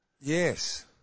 Yes